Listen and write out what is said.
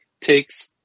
takes